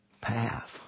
path